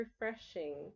refreshing